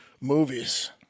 Movies